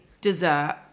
dessert